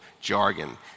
jargon